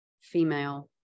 female